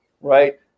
Right